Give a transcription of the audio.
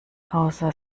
außer